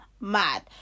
mad